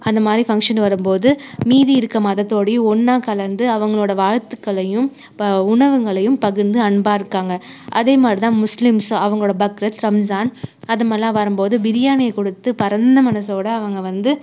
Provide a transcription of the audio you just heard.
அந்த மாதிரி ஃபங்க்ஷன் வரும் போது மீதி இருக்கற மதத்தோடையும் ஒன்றா கலந்து அவங்களோடய வாழ்த்துக்களையும் ப உணவுங்களையும் பகிர்ந்து அன்பாக இருக்காங்க அதே மாதிரி தான் முஸ்லீம்ஸும் அவங்களோடய பக்ரீத் ரம்ஸான் அது மாதிரிலாம் வரும் போது பிரியாணியை கொடுத்து பரந்த மனசோடய அவங்க வந்து